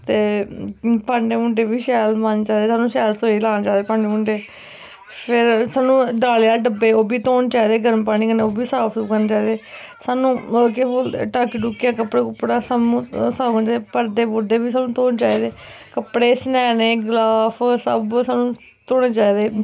चे भांडे भूंडे बी मांजी शैल साफ रसोई लाने चाहिदी भांडे भूंडे फिर सानू दालें आह्ले डब्बे ओह् बी धोनें चाहिदे गर्म पामी कन्नै ओह् बी साफ सूफ करने चाहिदे सानू केह् बोलदे टाकियां टूकियां कपड़ा कुपड़ा सब साफ करना पड़दे पुड़दे साफ करने कपड़े सरैने गलाफ सब सानू धोने चाहिदे